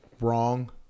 wrong